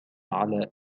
على